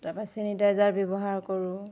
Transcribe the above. তাৰপৰা চেনিটাইজাৰ ব্যৱহাৰ কৰোঁ